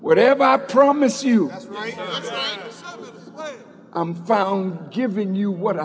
whatever i promise you i found given you what